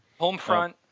Homefront